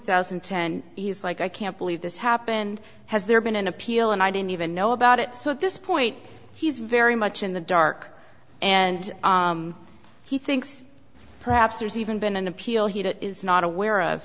thousand and ten he's like i can't believe this happened has there been an appeal and i didn't even know about it so at this point he's very much in the dark and he thinks perhaps there's even been an appeal he is not aware of